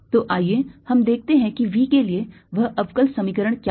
तो आइए हम देखते हैं कि V के लिए वह अवकल समीकरण क्या है